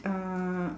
uh